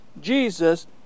Jesus